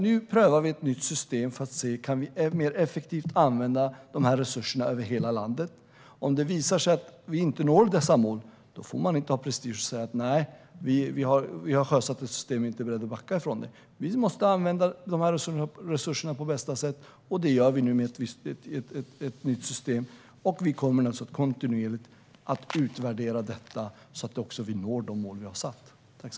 Nu prövar vi ett nytt system för att se om man mer effektivt kan använda dessa resurser över hela landet. Om det visar sig att vi inte når dessa mål kan jag utan prestige säga att vi är beredda att backa från ett system som vi har sjösatt. Vi måste använda dessa resurser på bästa sätt, och det gör vi nu med ett nytt system. Vi kommer kontinuerligt att utvärdera detta så att vi når de mål som vi har satt upp.